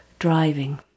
driving